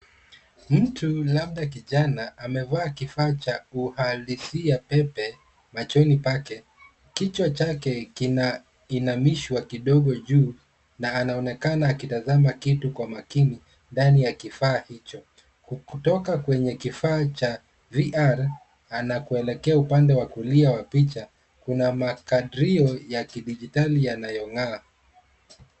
Mtu labda kijana amevaa kifaa cha uhalisia pepe machoni pake. Kichwa chake kinaimashwa kidogo juu na anaonekana akitazama kitu kwa makini ndani kifaa hicho. Kutoka kwenye kifaa cha VR, na kuelekea upande wa kulia wa picha. Kuna makadirio ya kidijitali yanayong'aa.